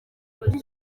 kuri